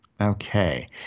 Okay